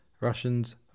Russians